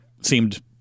seemed